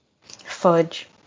Fudge